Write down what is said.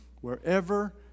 wherever